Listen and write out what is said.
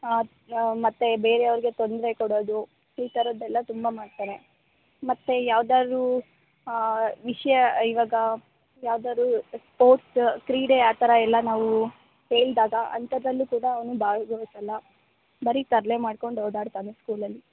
ಮತ್ತು ಬೇರೆಯವ್ರಿಗೆ ತೊಂದರೆ ಕೊಡೋದು ಈ ಥರದ್ದೆಲ್ಲ ತುಂಬ ಮಾಡ್ತಾನೆ ಮತ್ತು ಯಾವ್ದಾದ್ರು ವಿಷಯ ಇವಾಗ ಯಾವ್ದಾದ್ರು ಸ್ಪೋರ್ಟ್ಸ ಕ್ರೀಡೆ ಆ ಥರ ಎಲ್ಲ ನಾವು ಹೇಳ್ದಾಗ ಅಂಥದ್ದರಲ್ಲೂ ಕೂಡ ಅವನು ಭಾಗವಹಿಸಲ್ಲ ಬರೇ ತರಲೆ ಮಾಡ್ಕೊಂಡು ಓಡಾಡ್ತಾನೆ ಸ್ಕೂಲಲ್ಲಿ